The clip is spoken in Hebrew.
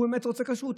הוא באמת רוצה כשרות.